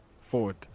forward